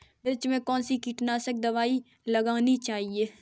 मिर्च में कौन सी कीटनाशक दबाई लगानी चाहिए?